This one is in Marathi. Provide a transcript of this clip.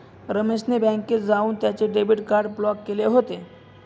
रमेश ने बँकेत जाऊन त्याचे डेबिट कार्ड ब्लॉक केले होते